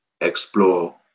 explore